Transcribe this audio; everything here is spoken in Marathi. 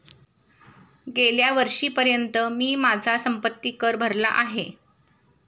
गेल्या वर्षीपर्यंत मी माझा संपत्ति कर भरला आहे